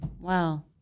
Wow